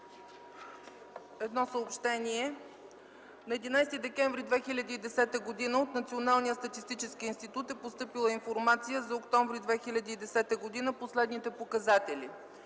Едно съобщение. На 11 декември 2010 г. от Националния статистически институт е получена информация за октомври 2010 г. по следните показатели: